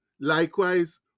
likewise